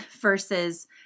versus